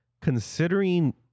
considering